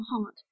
heart